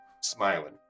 smiling